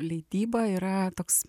leidyba yra toks